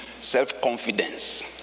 self-confidence